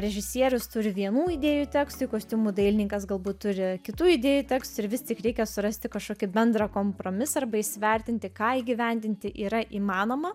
režisierius turi vienų idėjų tekstui kostiumų dailininkas galbūt turi kitų idėjų tekstui ir vis tik reikia surasti kažkokį bendrą kompromisą arba įsivertinti ką įgyvendinti yra įmanoma